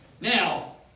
Now